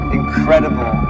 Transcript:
incredible